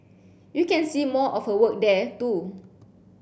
you can see more of her work there too